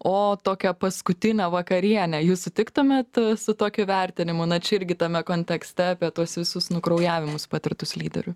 o tokią paskutinę vakarienę jūs sutiktumėt su tokiu vertinimu na čia irgi tame kontekste apie tuos visus nukraujavimus patirtus lyderių